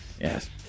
Yes